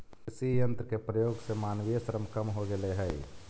कृषि यन्त्र के प्रयोग से मानवीय श्रम कम हो गेल हई